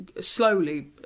slowly